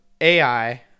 AI